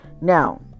Now